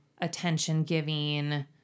attention-giving